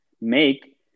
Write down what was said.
make